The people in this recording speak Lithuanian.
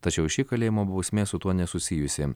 tačiau ši kalėjimo bausmė su tuo nesusijusi